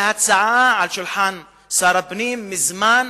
וההצעה על שולחן שר הפנים מזמן,